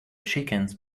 chickens